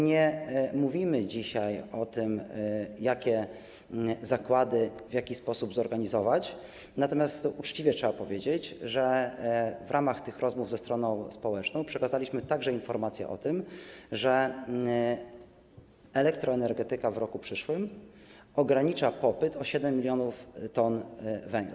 Nie mówimy dzisiaj o tym, jakie zakłady w jaki sposób zorganizować, natomiast uczciwie trzeba powiedzieć, że w ramach tych rozmów ze stroną społeczną przekazaliśmy także informacje o tym, że elektroenergetyka w roku przyszłym ogranicza popyt o 7 mln t węgla.